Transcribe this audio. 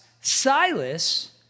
Silas